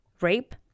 Rape